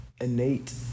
innate